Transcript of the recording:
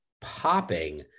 popping